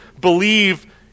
believe